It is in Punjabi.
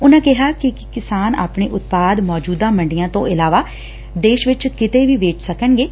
ਉਨਾਂ ਕਿਹਾ ਕਿ ਕਿਸਾਨ ਆਪਣੇ ਉਤਪਾਦ ਮੌਚੁਦਾ ਮੰਡੀਆਂ ਤੋਂ ਇਲਾਵਾ ਦੇਸ਼ ਵਿਚ ਕਿਤੇ ਵੀ ਵੇਚ ਸਕਣਗੇ